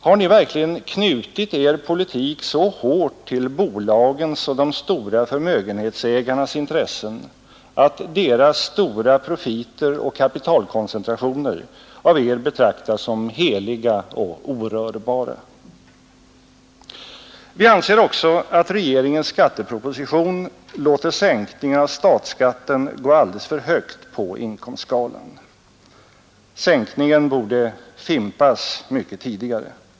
Har ni verkligen knutit er politik så hårt till bolagens och de stora förmögenhetsägarnas intressen, att deras stora profiter och kapitalkoncentrationer av er betraktas som heliga och orörbara? Vi anser också att regeringens skatteproposition låter sänkningen av statsskatten gå alldeles för högt på inkomstskalan. Sänkningen borde fimpas mycket tidigare.